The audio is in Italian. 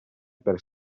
per